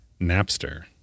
Napster